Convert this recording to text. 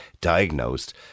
diagnosed